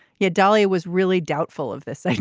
yeah. dalia was really doubtful of this like